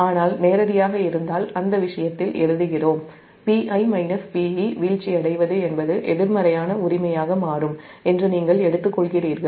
ஆனால் நேரடியாக இருந்தால் அந்த விஷயத்தில் எழுதுகிறோம் Pi Pe வீழ்ச்சியடைவது என்பது எதிர்மறையான உரிமையாக மாறும் என்று நீங்கள் எடுத்துக்கொள்கிறீர்கள்